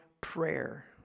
prayer